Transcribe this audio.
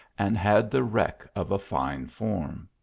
and had the wreck of a fine form.